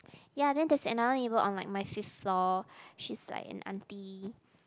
ya then there's another neighbour on my my fifth floor she's like an aunty